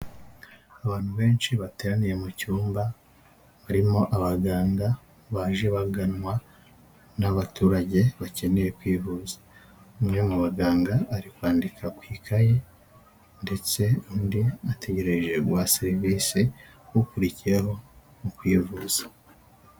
Abantu benshi bateraniye mu cyumba barimo abaganga baje baganwa n'abaturage bakeneye kwivuza, umwe mu baganga ari kwandika ku ikaye, ndetse undi ategereje guha serivisi ukurikiraho mu kwivuza.